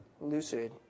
lucid